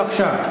בבקשה.